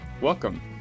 welcome